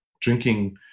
drinking